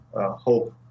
hope